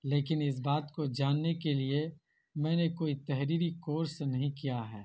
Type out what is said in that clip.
لیکن اس بات کو جاننے کے لیے میں نے کوئی تحریری کورس نہیں کیا ہے